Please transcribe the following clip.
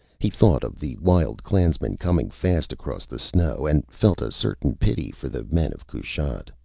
he thought of the wild clansmen coming fast across the snow, and felt a certain pity for the men of kushat.